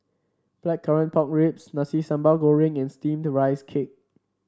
Blackcurrant Pork Ribs Nasi Sambal Goreng and steamed Rice Cake